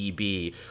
EB